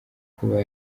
kuba